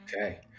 Okay